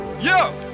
Yo